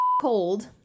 cold